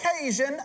occasion